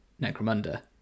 necromunda